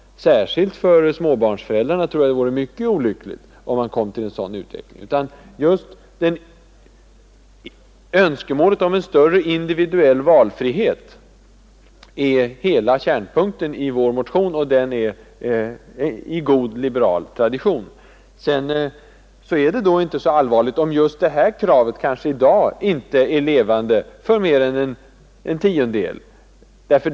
Särskilt för småbarnsföräldrarna tror jag att en sådan utveckling vore mycket besvärlig. Hela kärnpunkten i vår motion är önskemålet om större individuell valfrihet, och det är en sak som också ligger i linje med god liberal tradition. Sedan är det inte heller så allvarligt, om detta krav för dagen inte står levande för mer än en tiondel av dem som svarat på en enkät.